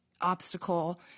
obstacle